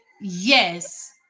Yes